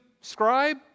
scribe